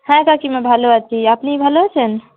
হ্যাঁ কাকিমা ভালো আছি আপনি ভালো আছেন